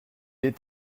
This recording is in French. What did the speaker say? est